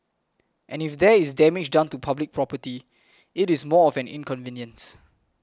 and if there is damage done to public property it is more of an inconvenience